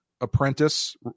apprentice